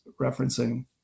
referencing